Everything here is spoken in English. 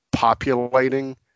Populating